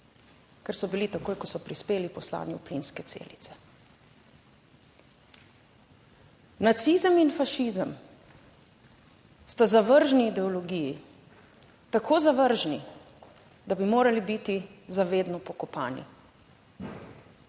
ker so bili takoj, ko so prispeli poslani v plinske celice. Nacizem in fašizem sta zavržni ideologiji, tako zavržni, da bi morali biti za vedno pokopani.